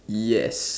yes